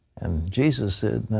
and jesus said,